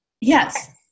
yes